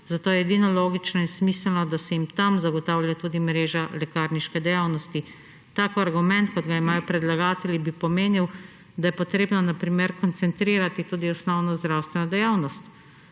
zato je edino logično in smiselno, da se jim tam zagotavlja tudi mreža lekarniške dejavnosti. Tak argument kot ga imajo predlagatelji, bi pomenil, da je potrebno, na primer, koncentrirati tudi osnovno zdravstveno dejavnost.